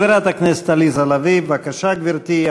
חברת הכנסת עליזה לביא, בבקשה, גברתי.